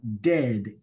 dead